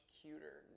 cuter